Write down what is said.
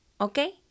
Okay